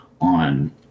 on